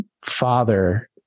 father